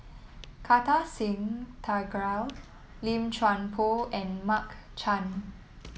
Kartar Singh Thakral Lim Chuan Poh and Mark Chan